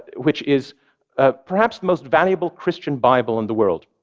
which is ah perhaps most valuable christian bible in the world.